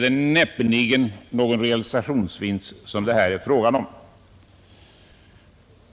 Det är då näppeligen fråga om realisationsvinst i detta ords egentliga betydelse.